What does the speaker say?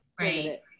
right